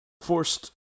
forced